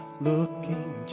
Looking